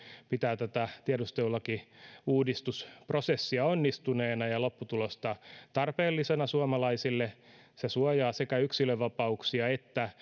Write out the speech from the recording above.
pitää tätä tiedustelulakiuudistusprosessia onnistuneena ja lopputulosta tarpeellisena suomalaisille se suojaa sekä yksilönvapauksia että